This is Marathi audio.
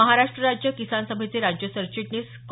महाराष्ट्र राज्य किसान सभेचे राज्य सरचिटणीस कॉ